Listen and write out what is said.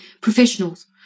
professionals